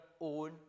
own